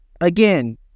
again